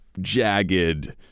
jagged